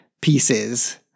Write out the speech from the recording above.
pieces